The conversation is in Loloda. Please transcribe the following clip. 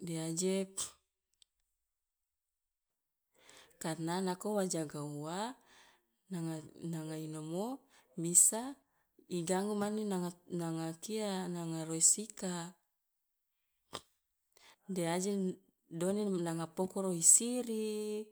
de aje karena nako wa jaga ua nanga nanga inomo bisa i ganggu mane nanga nanga kia nanga roese ika. de aje done i nanga pokor i siri